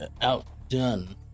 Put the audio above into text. outdone